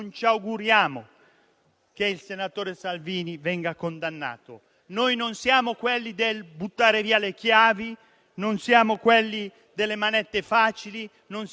Ci auguriamo che il senatore Salvini venga assolto, ma continueremo a combattere la sua idea di Paese e la sua politica forte con i deboli,